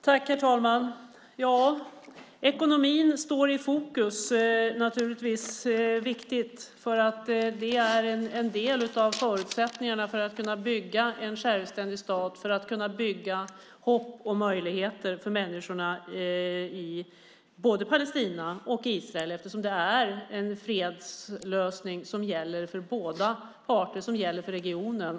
Herr talman! Ekonomin står i fokus. Det är naturligtvis viktigt. Det är en del av förutsättningarna för att kunna bygga en självständig stat och hopp och möjligheter för människorna både i Palestina och i Israel. Det är en fredslösning som gäller för båda parter, som gäller för regionen.